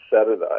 Saturday